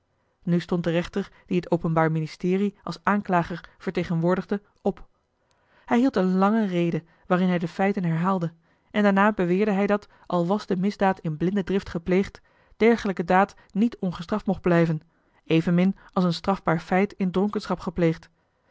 nu stond de rechter die het openbaar ministerie als aanklager vertegenwoordigde op hij hield eene lange rede waarin hij de feiten herhaalde en daarna beweerde hij dat al was de misdaad in blinde drift gepleegd dergelijke daad niet ongestraft mocht blijven evenmin als een strafbaar feit in dronkenschap gepleegd